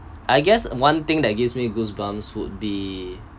I guess one thing that gives me goosebumps would be